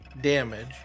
damage